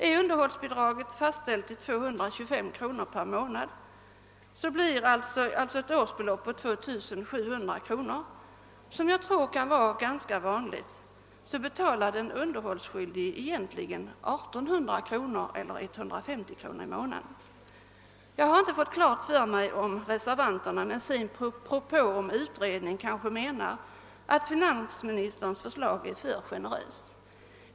Om underhållsbidraget är fastställt till 225 kronor per månad, alltså ett årsbelopp på 2 700 kronor — vilket jag tror är ganska vanligt — betalar den underhållsskyldige egentligen 1 800 kronor om året eller 150 kronor per månad. Jag har inte fått klart för mig om reservanterna med sin propå om utredning kanske menar att finansministerns förslag är för generöst.